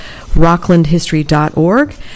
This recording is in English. rocklandhistory.org